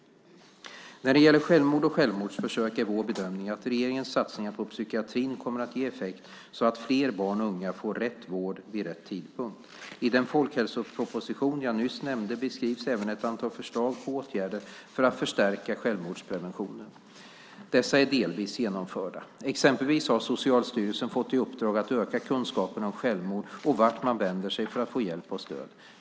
När det gäller självmord och självmordsförsök är vår bedömning att regeringens satsningar på psykiatrin kommer att ge effekt så att fler barn och unga får rätt vård vid rätt tidpunkt. I den folkhälsoproposition jag nyss nämnde beskrivs även ett antal förslag på åtgärder för att förstärka självmordspreventionen. Dessa är delvis genomförda. Exempelvis har Socialstyrelsen fått i uppdrag att öka kunskapen om självmord och vart man vänder sig för att få hjälp och stöd.